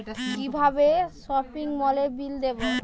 কিভাবে সপিং মলের বিল দেবো?